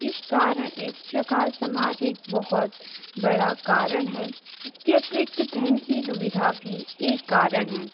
इस कारण इस प्रकार समाज एक बहुत बड़ा कारण है इसके अतिरिक्त धन की दुविधा भी एक कारण है